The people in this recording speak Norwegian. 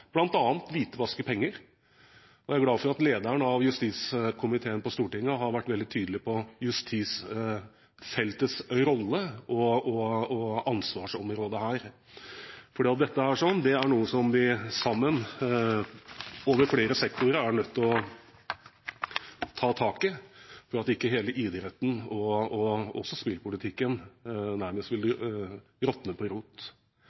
Stortinget har vært veldig tydelig på justisfeltets rolle og ansvarsområde her. Dette er noe som vi sammen – over flere sektorer – er nødt til å ta tak i, for at ikke hele idretten og spillpolitikken nærmest skal råtne på rot.